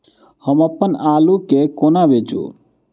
हम अप्पन आलु केँ कोना बेचू?